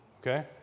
Okay